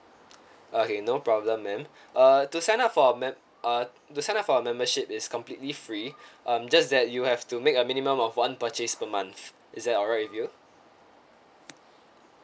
okay no problem ma'am uh to sign up for a mem~ uh to sign up for our membership is completely free um just that you have to make a minimum of one purchase per month is that alright with you